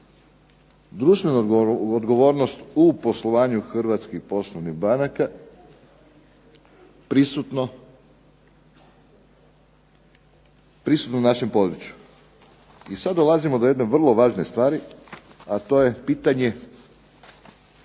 društvenu odgovornost u poslovanju hrvatskih poslovnih banaka, prisutno našem području. I sad dolazimo do jedne vrlo važne stvari, a to je pitanje,